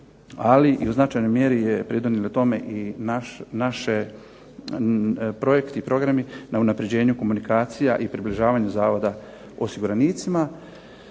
ali i u značajnoj mjeri je pridonijeli tome i naše projekti i programi na unapređenju komunikacija i približavanju zavoda osiguranicima,